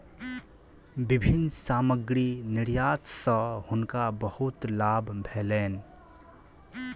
विभिन्न सामग्री निर्यात सॅ हुनका बहुत लाभ भेलैन